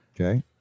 Okay